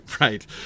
Right